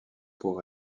pour